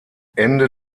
ende